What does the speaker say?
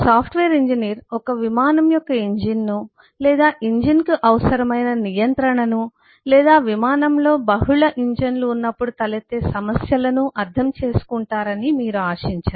software engineer ఒక విమానం యొక్క ఇంజిన్ను లేదా ఇంజిన్కు అవసరమైన నియంత్రణను లేదా విమానంలో బహుళ ఇంజన్లు ఉన్నప్పుడు తలెత్తే సమస్యలను అర్థం చేసుకుంటారని మీరు ఆశించరు